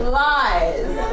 lies